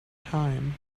time